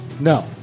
No